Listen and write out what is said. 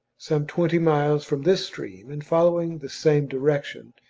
some twenty miles from this stream, and following the same direction,